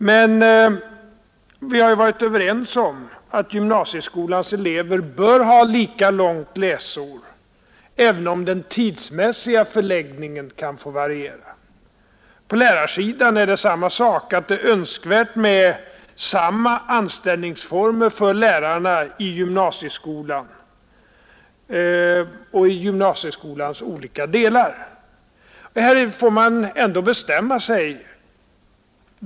Men vi har varit överens om att gymnasieskolans elever bör ha lika långt läsår, även om den tidsmässiga förläggningen kan få variera. På lärarsidan är det samma sak, nämligen att det är önskvärt med samma anställningsformer för lärarna i gymnasieskolan och i gymnasieskolans olika delar. Härvid får man ändå bestämma sig.